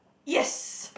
yes